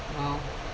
!wow!